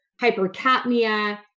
hypercapnia